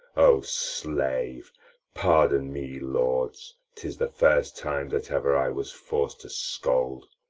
o slave pardon me, lords, tis the first time that ever i was forc'd to scold.